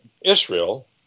Israel